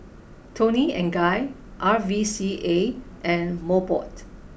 Toni and Guy R V C A and Mobot